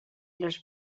les